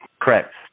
Correct